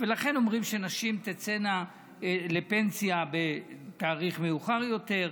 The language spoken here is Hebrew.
לכן אומרים שנשים תצאנה לפנסיה בתאריך מאוחר יותר,